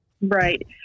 Right